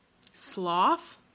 Sloth